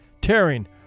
tearing